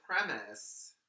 premise